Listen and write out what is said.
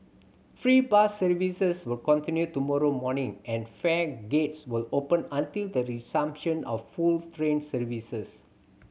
free bus services will continue to tomorrow morning and fare gates will open until the resumption of full train services